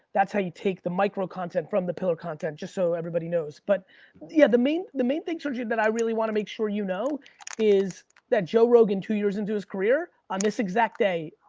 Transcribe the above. that's how you take the micro content from the pillar content, just so everybody knows. but yeah, the main the main thing, sergio, that i really wanna make sure you know is that joe rogan, two years into his career, on this exact day,